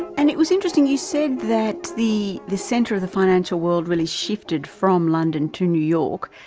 and it was interesting you said that the the centre of the financial world really shifted from london to new york,